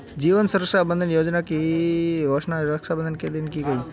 जीवन सुरक्षा बंधन योजना की घोषणा रक्षाबंधन के दिन की गई